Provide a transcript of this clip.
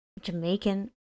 Jamaican